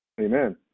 Amen